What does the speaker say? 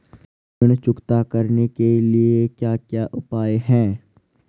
ऋण चुकता करने के क्या क्या उपाय हैं?